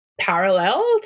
parallel